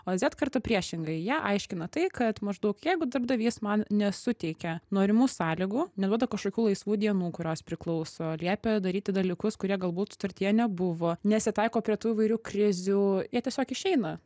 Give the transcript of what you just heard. o zet karta priešingai jie aiškina tai kad maždaug jeigu darbdavys man nesuteikia norimų sąlygų neduoda kažkokių laisvų dienų kurios priklauso liepia daryti dalykus kurie galbūt sutartyje nebuvo nesitaiko prie tų įvairių krizių jie tiesiog išeina